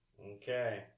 Okay